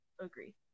agree